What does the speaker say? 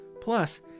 Plus